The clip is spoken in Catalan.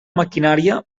maquinària